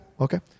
Okay